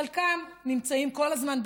חלקם נמצאים כל הזמן בתקשורת,